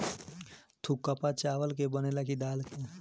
थुक्पा चावल के बनेला की दाल के?